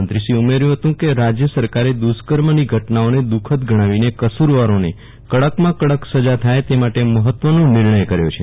મંત્રીશ્રીએ ઉમર્યું હત કે રાજય સરકારે દૂષ્કર્મની ઘટનાઓને દ્રઃખદ ગણાવીને કસૂરવારોને કડક માં કડક સજા થાય તે માટે આ મહત્વનો નિર્ણય કર્યો છે